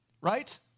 Right